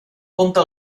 compte